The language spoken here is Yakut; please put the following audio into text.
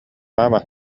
маама